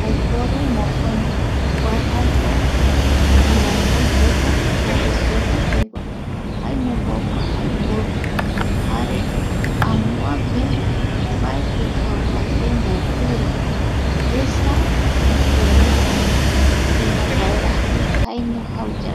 Aiporu mokoi, kua jaeko girasol pegua jare soya pegua, jaeño jokua aiporu jare amoape mbaeti jau mbate mbaekira esa ipuereta semombaeraji jaeño jauyave